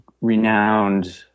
renowned